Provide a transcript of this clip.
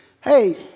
hey